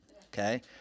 Okay